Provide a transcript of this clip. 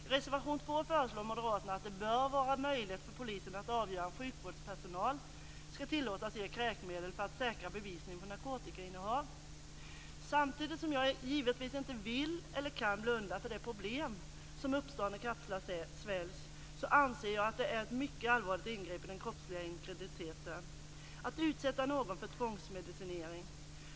I reservation 2 föreslår moderaterna att det bör vara möjligt för polisen att avgöra om sjukvårdspersonal skall tillåtas ge kräkmedel för att säkra bevisning om narkotikainnehav. Samtidigt som jag givetvis inte vill eller kan blunda för det problem som uppstår när kapslar sväljs, så anser jag att det är ett mycket allvarligt ingrepp i den kroppsliga integriteten att utsätta någon för tvångsmedicinering.